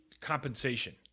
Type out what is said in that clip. compensation